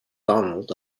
donald